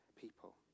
people